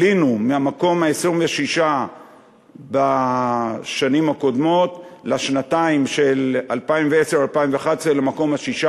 עלינו מהמקום ה-26 בשנים הקודמות לשנתיים של 2010 2011 למקום ה-16.